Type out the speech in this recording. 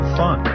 fun